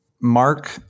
Mark